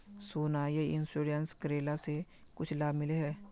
सोना यह इंश्योरेंस करेला से कुछ लाभ मिले है?